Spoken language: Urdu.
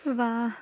واہ